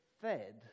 fed